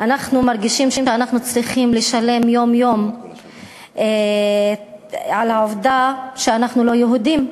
אנחנו מרגישים שאנחנו צריכים לשלם יום-יום על העובדה שאנחנו לא יהודים.